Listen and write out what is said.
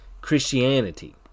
Christianity